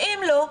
ואם לא,